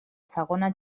segona